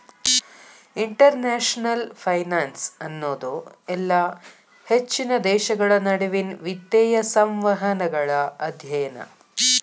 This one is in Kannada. ಇಂಟರ್ನ್ಯಾಷನಲ್ ಫೈನಾನ್ಸ್ ಅನ್ನೋದು ಇಲ್ಲಾ ಹೆಚ್ಚಿನ ದೇಶಗಳ ನಡುವಿನ್ ವಿತ್ತೇಯ ಸಂವಹನಗಳ ಅಧ್ಯಯನ